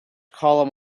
column